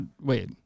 wait